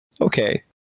Okay